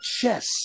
chess